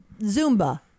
Zumba